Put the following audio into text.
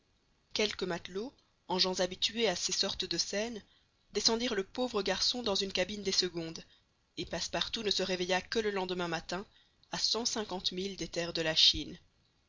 quelques matelots en gens habitués à ces sortes de scènes descendirent le pauvre garçon dans une cabine des secondes et passepartout ne se réveilla que le lendemain matin à cent cinquante milles des terres de la chine